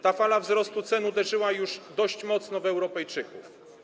Ta fala wzrostu cen uderzyła już dość mocno w Europejczyków.